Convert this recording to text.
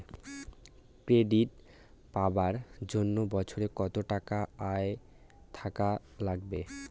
Credit পাবার জন্যে বছরে কত টাকা আয় থাকা লাগবে?